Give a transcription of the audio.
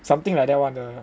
something like that [one] ah